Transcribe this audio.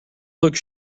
looked